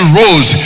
rose